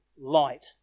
light